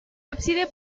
ábside